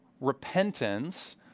repentance